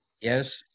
Yes